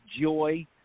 joy